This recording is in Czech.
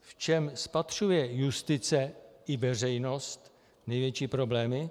V čem spatřuje justice i veřejnost největší problémy?